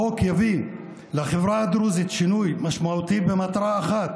החוק יביא לחברה הדרוזית שינוי משמעותי במטרה אחת: